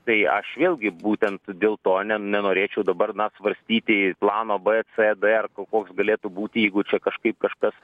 tai aš vėlgi būtent dėl to ne nenorėčiau dabar na svarstyti plano b c d ar koks galėtų būti jeigu čia kažkaip kažkas